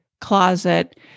closet